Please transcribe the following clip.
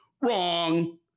Wrong